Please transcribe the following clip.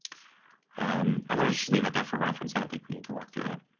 um i'm going to leave that there for reference. i don't think we need to walk through it.